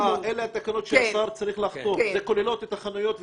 אלה התקנות שהשר צריך לחתום וכוללות את החנויות והקיוסקים?